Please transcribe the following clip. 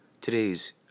Today's